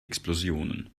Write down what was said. explosionen